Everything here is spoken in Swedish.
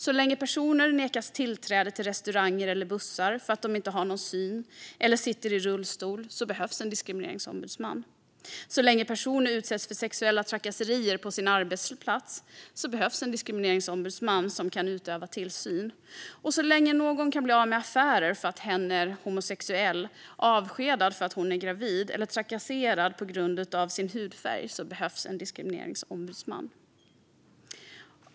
Så länge personer nekas tillträde till restauranger eller bussar för att de inte har någon syn eller sitter i rullstol behövs en diskrimineringsombudsman. Så länge personer utsätts för sexuella trakasserier på sin arbetsplats behövs en diskrimineringsombudsman som kan utöva tillsyn. Så länge någon kan bli av med affärer för att hen är homosexuell, avskedad för att hon är gravid eller trakasserad på grund av sin hudfärg behövs en diskrimineringsombudsman. Fru talman!